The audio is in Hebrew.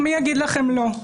מי יגיד לכם לא?